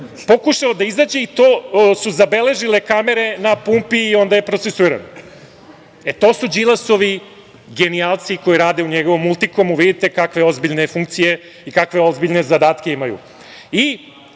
pokušao da izađe i to su zabeležile kamere na pumpi i onda je procesuiran. To su Đilasovi genijalci koji rade u njegovom „Multikomu“. Vidite kakve ozbiljne funkcije i kakve ozbiljne zadatke imaju.